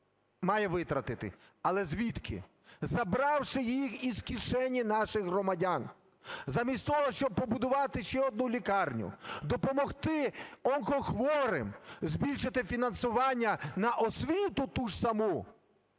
має витратити, але звідки? Забравши їх із кишені наших громадян, замість того, щоб побудувати ще одну лікарню, допомогти онкохворим, збільшити фінансування на освіту ту ж саму,